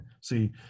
see